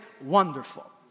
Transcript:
wonderful